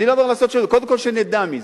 אני לא אומר, קודם כול שנדע מזה,